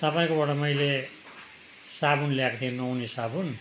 तपाईँकोबाट मैले साबुन ल्याएको थिएँ नुहाउने साबुन